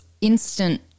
instant